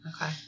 Okay